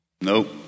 Nope